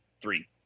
Three